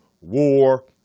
war